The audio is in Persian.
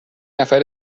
نفر